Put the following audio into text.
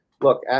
look